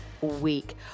week